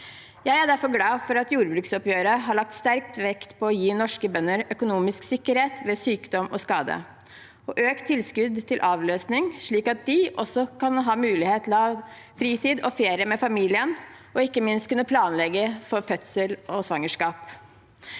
Jeg er derfor glad for at jordbruksoppgjøret har lagt sterk vekt på å gi norske bønder økonomisk sikkerhet ved sykdom og skade og økt tilskudd til avløsning, slik at de også kan ha mulighet til å ha fritid og ferie med familien, og ikke minst kunne planlegge for fødsel og svangerskap.